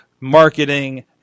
marketing